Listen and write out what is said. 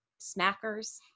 Smackers